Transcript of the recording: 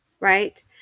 right